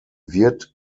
wird